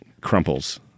crumples